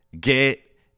get